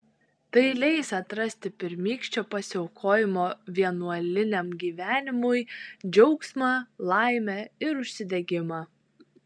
tai leis atrasti pirmykščio pasiaukojimo vienuoliniam gyvenimui džiaugsmą laimę ir užsidegimą